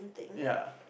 ya